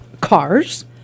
cars